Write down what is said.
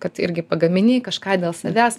kad irgi pagamini kažką dėl savęs